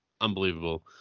unbelievable